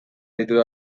deitura